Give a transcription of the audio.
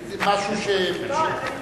אם זה משהו, פשוט לסגור,